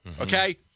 okay